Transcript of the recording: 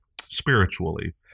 spiritually